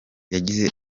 yagize